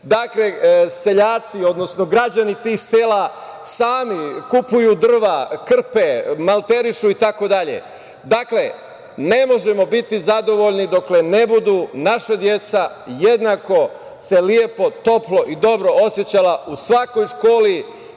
Dakle, seljaci, odnosno građani tih sela sami kupuju drva, krpe, malterišu itd. Dakle, ne možemo biti zadovoljni dokle se ne budu naša deca jednako lepo, toplo i dobro osećala u svakoj školi,